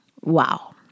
Wow